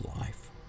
life